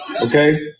okay